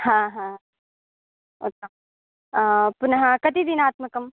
हा हा पुनः कति दिनात्मकं